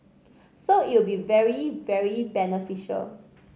so it'll be very very beneficial